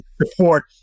support